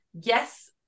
yes